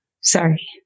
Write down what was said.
Sorry